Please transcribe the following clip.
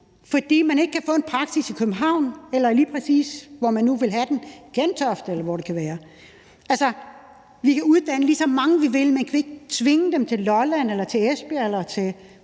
fordi man ikke kan få en praksis København eller lige præcis der, hvor man gerne vil have den, Gentofte, eller hvor det kan være? Vi kan uddanne lige så mange, vi vil, men vi kan ikke tvinge dem til Lolland eller til Esbjerg eller et